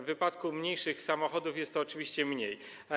W wypadku mniejszych samochodów jest to oczywiście mniej.